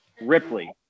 Ripley